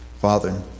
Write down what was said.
Father